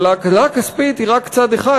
אבל ההקלה הכספית היא רק צד אחד,